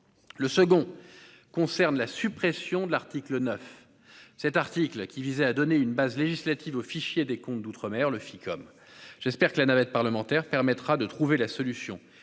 amendement concerne la suppression de l'article 9, qui visait à donner une base législative au fichier des comptes d'outre-mer (Ficom). J'espère que la navette parlementaire permettra de trouver la solution